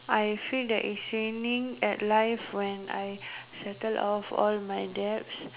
I feel that it's winning at life when I settle off all my debts